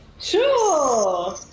sure